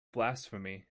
blasphemy